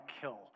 kill